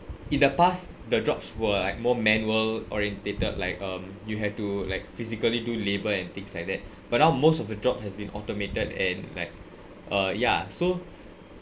in the past the jobs were more manual orientated like um you have to like physically do labour and things like that but now most of the job has been automated and like uh ya so